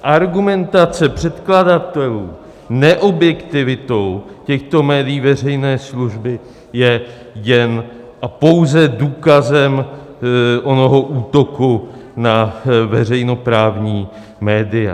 Argumentace předkladatelů neobjektivitou těchto médií veřejné služby je jen a pouze důkazem útoku na veřejnoprávní média.